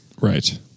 Right